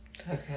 Okay